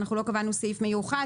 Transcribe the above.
אנחנו לא קבענו סעיף מיוחד.